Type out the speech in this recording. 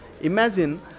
Imagine